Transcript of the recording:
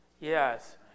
Yes